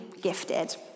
gifted